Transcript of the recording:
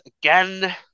again